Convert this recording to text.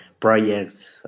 projects